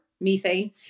methane